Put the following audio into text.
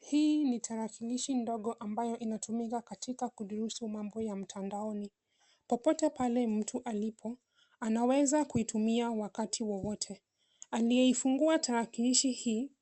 Hii ni tarakilishi ndogo ambayo inatumika katika kudurusu masomo ya mtandaoni. Popote pale mtu alipo anaweza kuitumia wakati wowote. Aliyeifungua tarakilishi hii